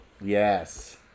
Yes